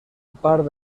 part